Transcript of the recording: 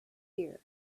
ear